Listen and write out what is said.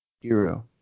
Hero